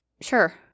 Sure